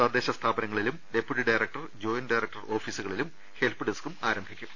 തദ്ദേശ സ്ഥാപനങ്ങളിലും deputy director joint director ഓഫീസുകളിൽ ഹെൽപ് ഡെസ്കും ആരംഭിക്കും